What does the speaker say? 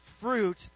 fruit